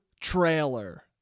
trailer